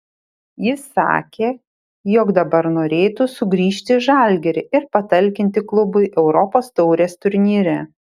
jis sakė jog dabar norėtų sugrįžti į žalgirį ir patalkinti klubui europos taurės turnyre